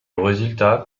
résultat